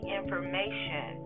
information